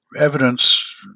evidence